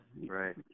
right